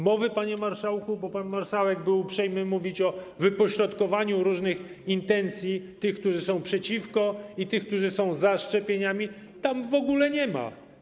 Mowy o tym, panie marszałku - bo pan marszałek był uprzejmy mówić o wypośrodkowaniu różnych intencji, tych, którzy są przeciwko szczepieniom, i tych, którzy są za szczepieniami - tam w ogóle nie ma.